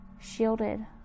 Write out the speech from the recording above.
shielded